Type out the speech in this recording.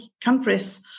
countries